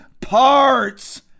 parts